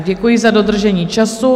Děkuji za dodržení času.